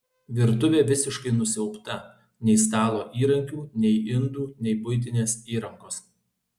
virtuvė visiškai nusiaubta nei stalo įrankių nei indų nei buitinės įrangos